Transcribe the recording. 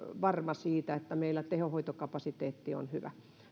varma siitä että meillä tehohoitokapasiteetti on hyvä